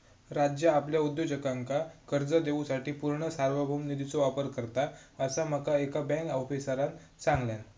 राज्य आपल्या उद्योजकांका कर्ज देवूसाठी पूर्ण सार्वभौम निधीचो वापर करता, असा माका एका बँक आफीसरांन सांगल्यान